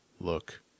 look